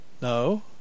No